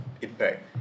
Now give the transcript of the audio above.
impact